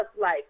life